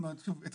אני אגיד,